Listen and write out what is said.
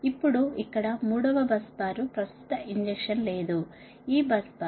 ఇప్పుడు ఇక్కడ 3వ బస్ బార్ ప్రస్తుత ఇంజెక్షన్ లేదు ఈ బస్ బార్